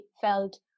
felt